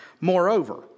moreover